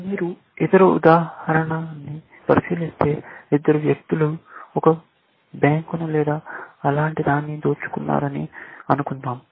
మీరు ఇతర ఉదాహరణన్ని పరిశీలిస్తే ఇద్దరు వ్యక్తులు ఒక బ్యాంకును లేదా అలాంటిదని దోచుకున్నారని అనుకుందాం